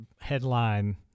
headline